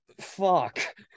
fuck